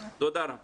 תודה, רם.